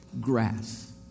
grass